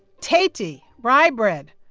teti! rye bread!